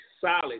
solid